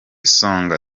songa